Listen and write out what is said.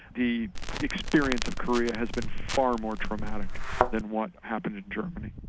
the experience of korea has been far more traumatic than what happened in germany.